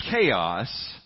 chaos